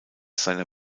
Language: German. seiner